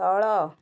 ତଳ